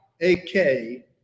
a-k